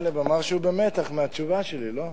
גאלב אמר שהוא במתח מהתשובה שלי, לא?